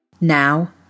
Now